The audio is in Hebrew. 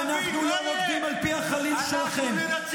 אתם פוגעים במעמד הבין-לאומי של מדינת ישראל,